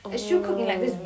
oh